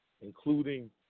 including